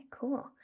cool